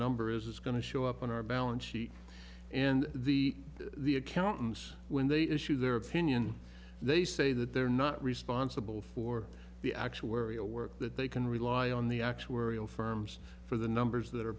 number is it's going to show up on our balance sheet and the the accountants when they issue their opinion they say that they're not responsible for the actuarial work that they can rely on the actuarial firms for the numbers that are